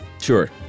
Sure